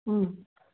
ꯎꯝ